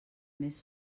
més